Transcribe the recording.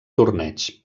torneig